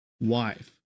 wife